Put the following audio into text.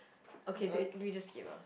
okay d~ do we just skip ah